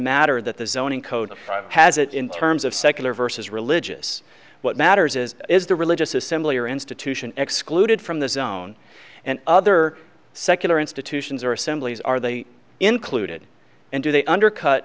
matter that the zoning code has it in terms of secular versus religious what matters is is the religious assembly or institution excluded from the zone and other secular institutions or assemblies are they included and do they undercut